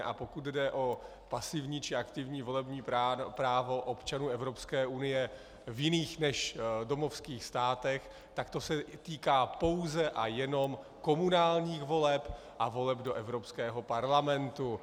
A pokud jde o pasivní či aktivní volební právo občanů Evropské unie v jiných než domovských státech, tak se to týká pouze a jenom komunálních voleb a voleb do Evropského parlamentu.